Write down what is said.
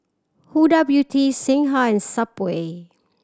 Huda Beauty Singha and Subway